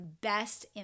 best